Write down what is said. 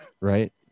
Right